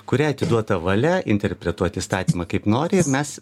kuriai duota valia interpretuot įstatymą kaip nori ir mes